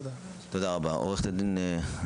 הפיקוח על עוזרי הרופא והסדרה של תחומי